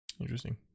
interesting